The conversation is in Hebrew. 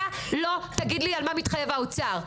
אתה לא תגיד לי על מה מתחייב האוצר.